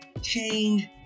change